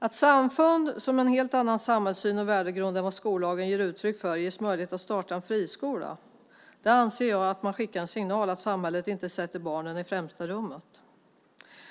Om samfund som har en helt annan samhällssyn och värdegrund än vad skollagen ger uttryck för ges möjlighet att starta en friskola anser jag att man skickar en signal att samhället inte sätter barnen i främsta rummet.